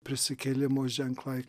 prisikėlimo ženklai